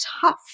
tough